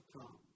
come